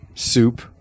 Soup